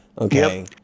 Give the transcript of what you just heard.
Okay